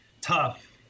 tough